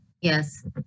Yes